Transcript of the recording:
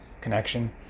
connection